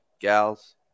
gals